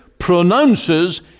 pronounces